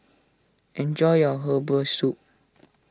enjoy your Herbal Soup